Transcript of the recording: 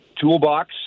toolbox